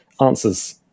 answers